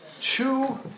two